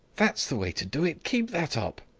that's the way to do it! keep that up!